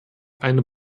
eine